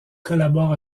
collabore